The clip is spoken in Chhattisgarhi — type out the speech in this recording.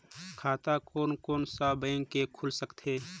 खाता कोन कोन सा बैंक के खुल सकथे?